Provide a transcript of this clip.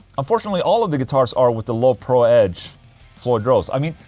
unfortunately all of the guitars are with the low pro edge floyd rose, i mean.